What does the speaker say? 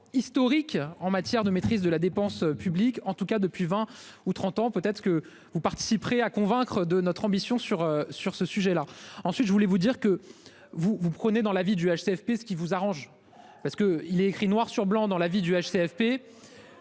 historique en matière de maîtrise de la dépense publique, en tout cas depuis 20 ou 30 ans peut-être que vous participerez à convaincre de notre ambition sur sur ce sujet-là. Ensuite, je voulais vous dire que vous vous prenez dans la vie du HCSP ce qui vous arrange parce que il est écrit noir sur blanc dans la vie du HCSP.